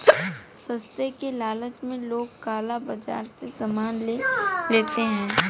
सस्ते के लालच में लोग काला बाजार से सामान ले लेते हैं